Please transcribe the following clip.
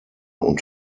und